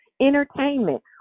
entertainment